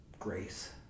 grace